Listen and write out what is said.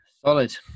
solid